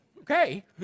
Okay